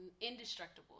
indestructible